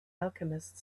alchemist